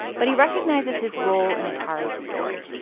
but he recognizes his role in atari's story.